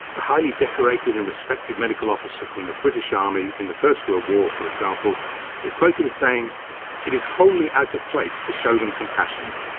a highly decorated and respected medical officer from the british army in the first world ah war for example is quoted as saying it is wholly out of place to show them compassion.